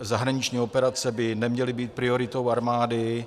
Zahraniční operace by neměly být prioritou armády.